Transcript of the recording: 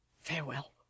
Farewell